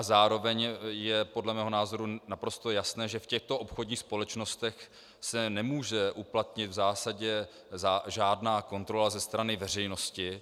Zároveň je podle mého názoru naprosto jasné, že v těchto obchodních společnostech se nemůže uplatnit v zásadě žádná kontrola ze strany veřejnosti.